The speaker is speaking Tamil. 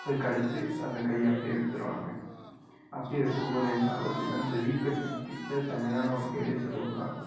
அதுக்கடுத்து அந்த கையை அப்படியே வச்சிடுவாங்க அப்படியே வைக்கும்போது என்னாகும் அப்படின்னா அந்த வீக்கத்துக் கிட்டே செம்மயான ஒரு எரிச்சல் உண்டாகும்